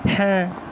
হ্যাঁ